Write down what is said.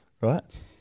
right